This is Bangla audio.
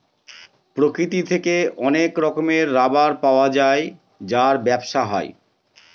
প্রকৃতি থেকে অনেক রকমের রাবার পাওয়া যায় যার ব্যবসা হয়